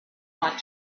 want